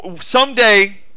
someday